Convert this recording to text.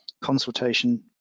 consultation